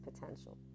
potential